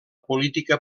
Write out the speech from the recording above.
política